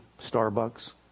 Starbucks